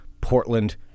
Portland